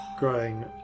Growing